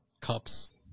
cups